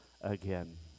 again